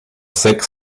sechs